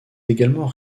également